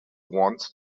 wants